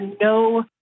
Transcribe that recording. no